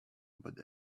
but